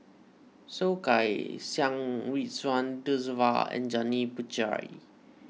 Soh Kay Siang Ridzwan Dzafir and Janil Puthucheary